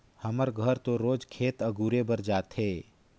हमर घर तो रोज खेत अगुरे बर जाथे